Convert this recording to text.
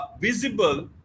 visible